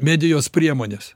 medijos priemones